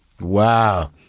wow